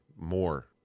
more